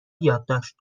یادداشت